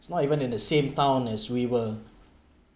it's not even in the same town as river